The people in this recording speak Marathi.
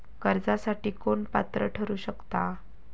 कर्जासाठी कोण पात्र ठरु शकता?